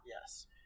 Yes